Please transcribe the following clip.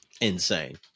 Insane